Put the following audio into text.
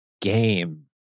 game